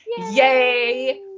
Yay